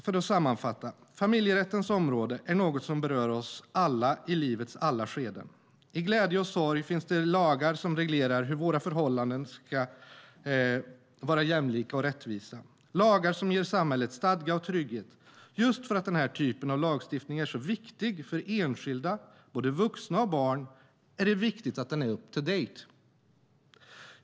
För att sammanfatta: Familjerättens område är något som berör oss alla i livets alla skeden. I glädje och sorg finns det lagar som reglerar hur våra förhållanden ska vara jämlika och rättvisa - lagar som ger samhället stadga och trygghet. Just för att den här typen av lagstiftning är så viktig för enskilda, både vuxna och barn, är det viktigt att den är up to date.